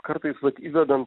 kartais vat įvedam